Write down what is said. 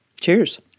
Cheers